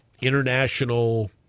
international